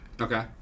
Okay